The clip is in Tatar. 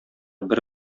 бер